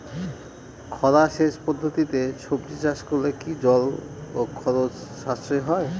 খরা সেচ পদ্ধতিতে সবজি চাষ করলে কি জল ও খরচ সাশ্রয় হয়?